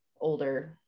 older